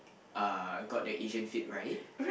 uh got the Asian fit right